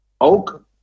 Oak